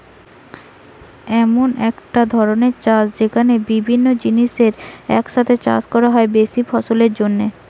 এমন একটা ধরণের চাষ যেখানে বিভিন্ন জিনিসের চাষ এক সাথে করা হয় বেশি ফলনের জন্যে